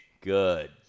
Good